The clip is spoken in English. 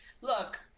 look